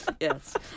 Yes